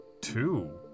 Two